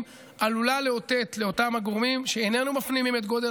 עלולות לאותת לאותם הגורמים שאיננו מפנימים את גודל